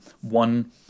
one